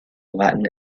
latin